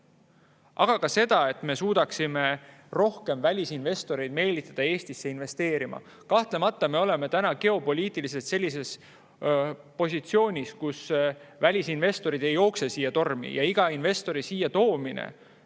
aga ka seda, et me suudaksime rohkem välisinvestoreid meelitada Eestisse investeerima. Kahtlemata me oleme täna geopoliitiliselt sellises positsioonis, kus välisinvestorid ei jookse siia tormi ja iga investori siiatoomine